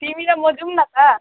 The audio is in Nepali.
तिमी र म जाऔँ न त